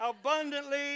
abundantly